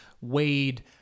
wade